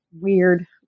weird